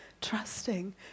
trusting